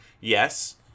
Yes